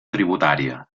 tributària